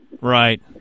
Right